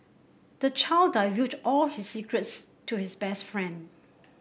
the child divulged all his secrets to his best friend